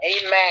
Amen